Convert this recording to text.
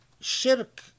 shirk